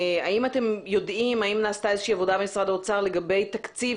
האם נעשתה איזושהי עבודה במשרד האוצר לגבי תקציב